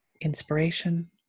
inspiration